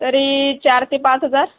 तरी चार ते पाच हजार